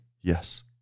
yes